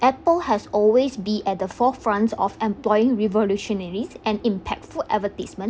apple has always be at the forefront of employing revolutionaries and impactful advertisement